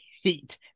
heat